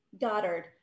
Goddard